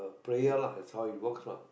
prayer lah that's all it works lah